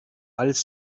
als